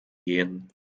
gehen